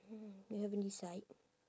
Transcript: hmm you haven't decide